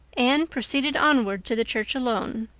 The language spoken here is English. anne proceeded onward to the church alone.